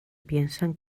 piensan